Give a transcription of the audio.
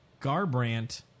Garbrandt